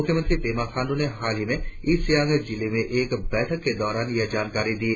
मुख्यमंत्री पेमा खांडू ने हालही में ईस्ट सियांग जिले में एक बैठक के दौरान यह जानकारी दी